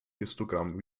histogramm